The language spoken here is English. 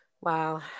Wow